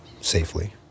safely